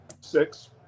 Six